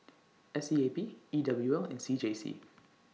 S E A B E W L and C J C